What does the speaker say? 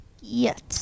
Yes